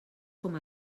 com